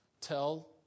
tell